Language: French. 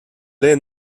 les